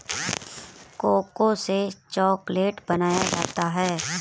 cocoa से chocolate बनाया जाता है